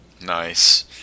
Nice